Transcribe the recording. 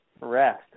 rest